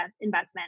investment